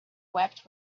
wept